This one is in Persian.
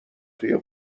توی